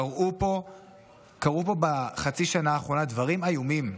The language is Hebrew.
קרו פה בחצי שנה האחרונה דברים איומים.